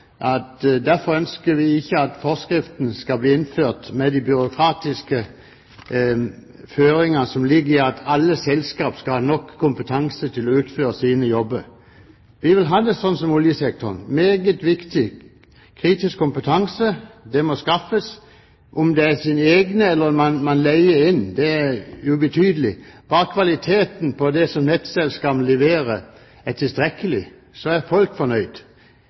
ønsker. Derfor ønsker vi ikke at forskriften skal bli innført med de byråkratiske føringer som ligger i at alle selskaper skal ha nok kompetanse til å utføre sine jobber. Vi vil ha det sånn som i oljesektoren, det er meget viktig. Kritisk kompetanse må skaffes. Om det er sine egne eller om man leier inn, det er ubetydelig, bare kvaliteten på det som nettselskapet leverer er tilstrekkelig, så er folk fornøyd.